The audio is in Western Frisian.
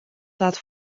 dat